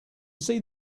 see